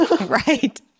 right